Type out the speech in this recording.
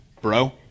Bro